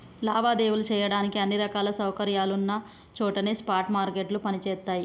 లావాదేవీలు చెయ్యడానికి అన్ని రకాల సౌకర్యాలున్న చోటనే స్పాట్ మార్కెట్లు పనిచేత్తయ్యి